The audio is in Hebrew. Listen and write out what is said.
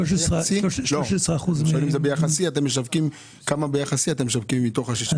כמה אתם משווקים מתוך ה-60?